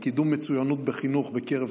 לקידום מצוינות בחינוך בקרב תלמידים,